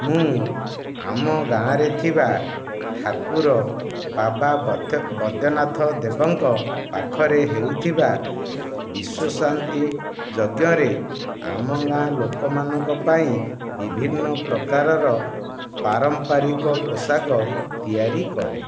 ମୁଁ ଆମ ଗାଁରେ ଥିବା ଠାକୁର ବାବା ବୈଥ ବୈଦ୍ୟନାଥ ଦେବଙ୍କ ପାଖରେ ହେଉଥିବା ବିଶ୍ୱଶାନ୍ତି ଯଜ୍ଞରେ ଆମ ଗାଁ ଲୋକମାନଙ୍କ ପାଇଁ ବିଭିନ୍ନ ପ୍ରକାରର ପାରମ୍ପାରିକ ପୋଷାକ ତିଆରି କରେ